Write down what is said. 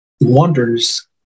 wonders